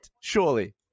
surely